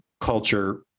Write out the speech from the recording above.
culture